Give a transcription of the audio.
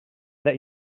that